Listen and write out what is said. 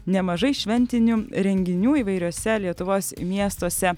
nemažai šventinių renginių įvairiuose lietuvos miestuose